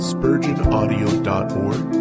SpurgeonAudio.org